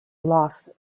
lost